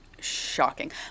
shocking